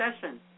session